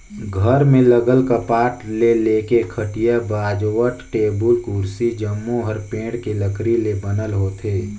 घर में लगल कपाट ले लेके खटिया, बाजवट, टेबुल, कुरसी जम्मो हर पेड़ के लकरी ले बनल होथे